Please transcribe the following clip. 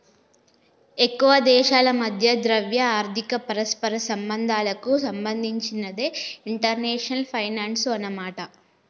ఎక్కువ దేశాల మధ్య ద్రవ్య ఆర్థిక పరస్పర సంబంధాలకు సంబంధించినదే ఇంటర్నేషనల్ ఫైనాన్సు అన్నమాట